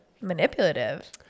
manipulative